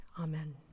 amen